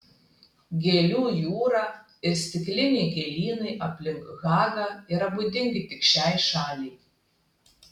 gėlių jūra ir stikliniai gėlynai aplink hagą yra būdingi tik šiai šaliai